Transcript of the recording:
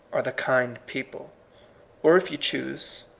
are the kind people or, if you choose,